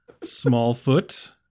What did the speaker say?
smallfoot